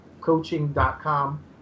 Coaching.com